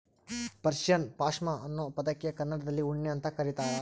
Persian ಪಾಷ್ಮಾ ಅನ್ನೋ ಪದಕ್ಕೆ ಕನ್ನಡದಲ್ಲಿ ಉಣ್ಣೆ ಅಂತ ಕರೀತಾರ